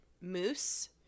moose